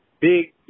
big